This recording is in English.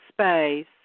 space